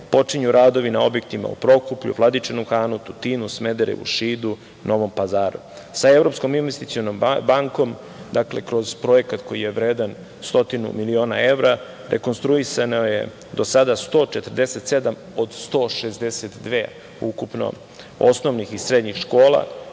počinju radovi na objektima u Prokuplju, Vladičinom Hanu, Tutinu, Smederevu, Šidu, Novom Pazaru. Sa Evropskom investicionom bankom kroz projekat koji je vredan stotinu miliona evra rekonstruisano je do sada 147 od 162 ukupno osnovnih i srednjih škola,